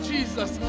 Jesus